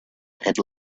had